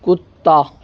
कुत्ता